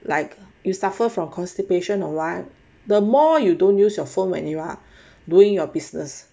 like you suffer from constipation or what the more you don't use your phone when you are doing your business